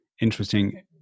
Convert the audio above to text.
interesting